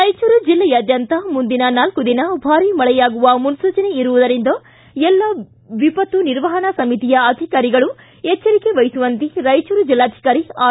ರಾಯಚೂರು ಜಿಲ್ಲೆಯಾದ್ಯಂತ ಮುಂದಿನ ನಾಲ್ಕು ದಿನ ಭಾರಿ ಮಳೆಯಾಗುವ ಮುನ್ಲೂಚನೆ ಇರುವುದರಿಂದ ಎಲ್ಲ ವಿಪತ್ತು ನಿರ್ವಹಣಾ ಸಮಿತಿಯ ಅಧಿಕಾರಿಗಳು ಎಚ್ವರಿಕೆ ವಹಿಸುವಂತೆ ರಾಯಚೂರು ಜಿಲ್ಲಾಧಿಕಾರಿ ಆರ್